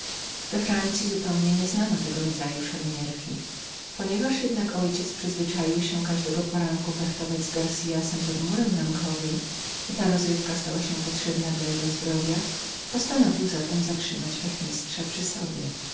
francyi zupełnie nieużywano tego rodzaju szermierstwa ponieważ jednak mój ojciec przyzwyczaił się każdego poranku szermować z garciasem i ta rozrywka stała się potrzebną dla jego zdrowia postanowił zatem zatrzymać fechtmistrza przy sobie